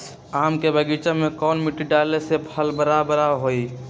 आम के बगीचा में कौन मिट्टी डाले से फल बारा बारा होई?